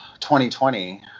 2020